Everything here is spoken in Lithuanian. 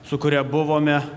su kuria buvome